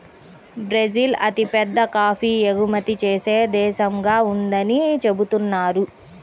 Brazil అతిపెద్ద coffee ఎగుమతి చేసే దేశంగా ఉందని చెబుతున్నారు